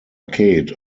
kate